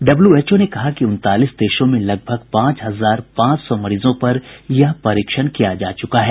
WHO ने कहा है कि उनतालीस देशों में लगभग पांच हजार पांच सौ मरीजों पर यह परीक्षण किया जा चुका है